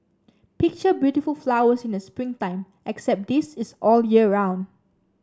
picture beautiful flowers in the spring time except this is all year round